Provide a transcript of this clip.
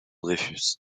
dreyfus